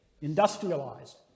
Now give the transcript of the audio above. industrialized